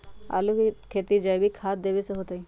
आलु के खेती जैविक खाध देवे से होतई?